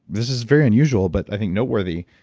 this is very unusual, but i think noteworthy,